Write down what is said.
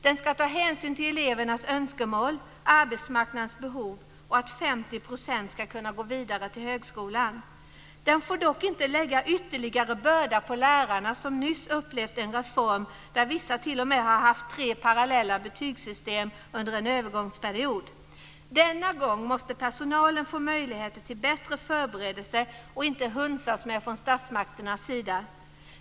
Den ska ta hänsyn till elevernas önskemål, arbetsmarknadens behov och att 50 % ska kunna gå vidare till högskolan. Den får dock inte lägga ytterligare börda på lärarna som nyss upplevt en reform, där vissa t.o.m. har haft tre parallella betygssystem under en övergångsperiod. Denna gång måste personalen få möjligheter till bättre förberedelse och inte hunsas med från statsmakternas sida.